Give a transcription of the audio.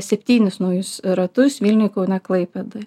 septynis naujus ratus vilniuj kaune klaipėdoj